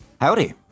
Howdy